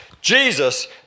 Jesus